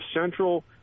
central